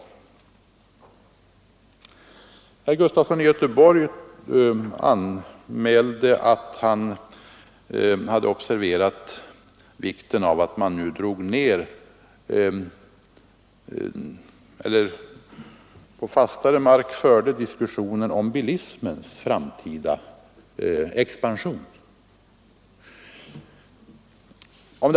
Herr Sven Gustafson i Göteborg betonade vikten av att man på fastare mark förde diskussionen om bilismens framtida expansion.